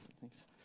Thanks